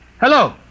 hello